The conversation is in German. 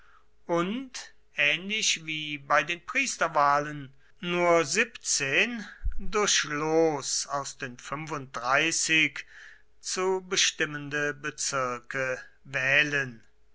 und ähnlich wie bei den priesterwahlen nur siebzehn durch los aus den fünfunddreißig zu bestimmende bezirke wählen